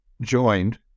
joined